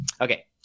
Okay